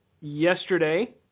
yesterday